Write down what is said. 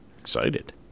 Excited